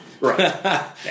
Right